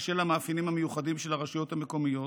בשל המאפיינים המיוחדים של הרשויות המקומיות,